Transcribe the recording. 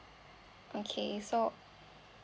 okay so